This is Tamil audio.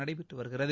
நடைபெற்று வருகிறது